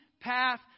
path